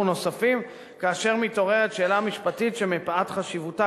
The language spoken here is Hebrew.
נוספים כאשר מתעוררת שאלה משפטית שמפאת חשיבותה,